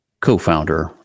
co-founder